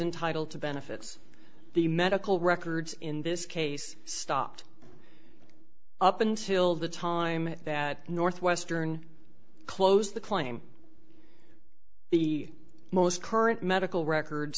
entitle to benefits the medical records in this case stopped up until the time that northwestern closed the claim the most current medical records